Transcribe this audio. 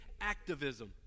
activism